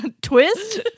Twist